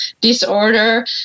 disorder